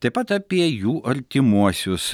taip pat apie jų artimuosius